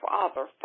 Father